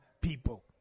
people